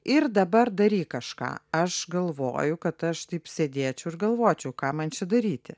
ir dabar daryk kažką aš galvoju kad aš taip sėdėčiau ir galvočiau ką man čia daryti